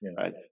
Right